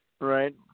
Right